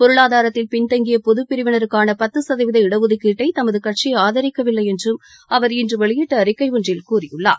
பொருளாதாரத்தில் பின்தங்கிய பொதுப்பிரிவினருக்கான பத்து சதவீத இடஒதுக்கீட்டை தமது கட்சி ஆதரிக்கவில்லை என்று அவர் இன்று வெளியிட்ட அறிக்கை ஒன்றில் கூறியுள்ளார்